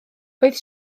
oes